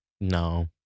No